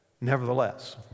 Nevertheless